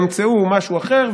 ימצאו משהו אחר,